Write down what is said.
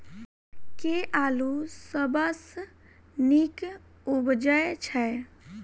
केँ आलु सबसँ नीक उबजय छै?